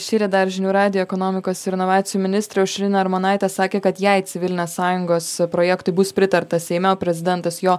šįryt dar žinių radijui ekonomikos ir inovacijų ministrė aušrinė armonaitė sakė kad jei civilinės sąjungos projektui bus pritarta seime o prezidentas jo